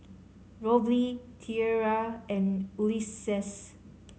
Robley Tiera and Ulises